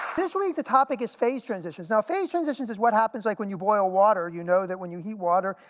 this week the topic is phase transitions. now phase transitions is what happens, like when you boil water you know that when you heat water,